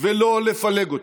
ולא לפלג אותו,